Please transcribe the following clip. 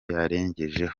yarengejeho